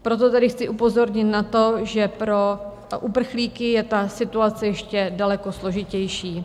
Proto tedy chci upozornit na to, že pro uprchlíky je ta situace ještě daleko složitější.